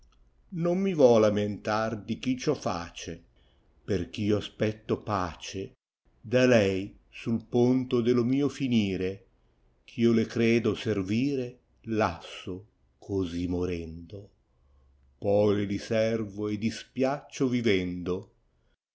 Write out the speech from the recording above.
non mi to lamentar di chi ciò face perch io aspetto pace da lei sai ponto dello mio finire gh io le credo servire lasso così morendo poi le diservo e dispiaccio vivendo